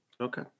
Okay